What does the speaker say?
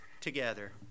together